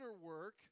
work